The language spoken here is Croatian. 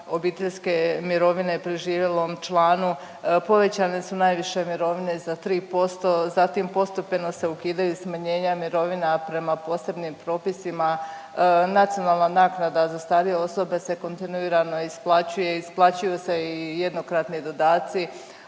obiteljske mirovine preživjelom članu, povećane su najviše mirovine za 3%, zatim, postepeno se ukidaju smanjenja mirovina prema posebnim propisima, nacionalna naknada za starije osobe se kontinuirano isplaćuje, isplaćuju se i jednokratni dodaci.